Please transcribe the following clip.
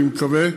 אני מקווה,